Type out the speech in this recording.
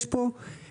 יש פה סוגיה,